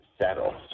settle